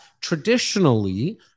traditionally